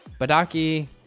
Badaki